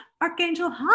Archangel